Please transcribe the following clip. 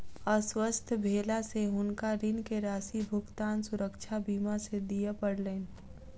अस्वस्थ भेला से हुनका ऋण के राशि भुगतान सुरक्षा बीमा से दिय पड़लैन